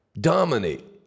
Dominate